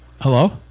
hello